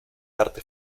arte